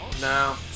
no